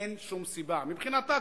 אין שום סיבה, מבחינה טקטית,